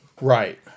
Right